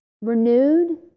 Renewed